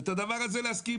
צריך על הדבר הזה להסכים.